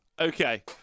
okay